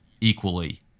equally